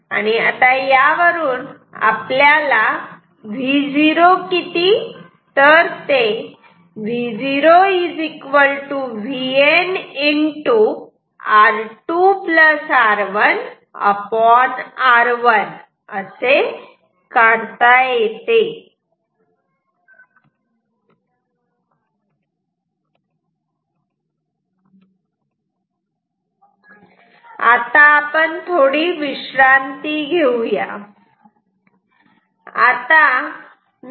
यावरून आपण आपल्याला Vo किती तर ते V0 VN R2R1R1 असे काढता येते आता आपण थोडी विश्रांती घेऊ या